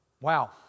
Wow